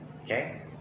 Okay